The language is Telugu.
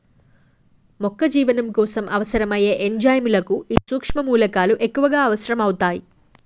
మొక్క జీవనం కోసం అవసరం అయ్యే ఎంజైముల కు ఈ సుక్ష్మ మూలకాలు ఎక్కువగా అవసరం అవుతాయి